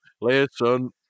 Listen